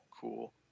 cool